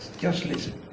just listen.